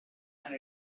and